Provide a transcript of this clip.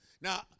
Now